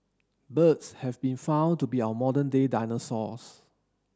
birds have been found to be our modern day dinosaurs